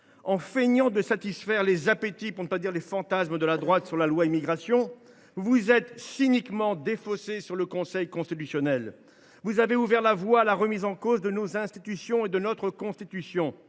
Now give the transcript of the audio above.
En feignant de satisfaire les appétits, pour ne pas dire les fantasmes, de la droite sur la loi relative à l’immigration, vous vous êtes cyniquement défaussés sur le Conseil constitutionnel. Vous avez ouvert la voie à la remise en cause de nos institutions et de notre Constitution.